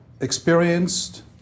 experienced